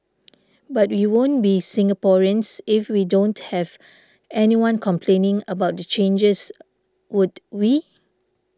but we won't be Singaporeans if we don't have anyone complaining about the changes would we